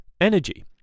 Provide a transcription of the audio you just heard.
energy